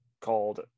called